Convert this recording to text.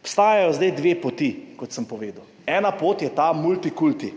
obstajata dve poti, kot sem povedal. Ena pot je ta multikulti,